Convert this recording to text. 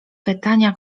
pytania